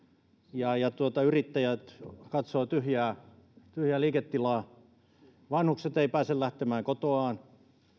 ja ja yrittäjät katsovat tyhjää tyhjää liiketilaa vanhukset eivät pääse lähtemään kotoaan